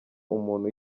umuntu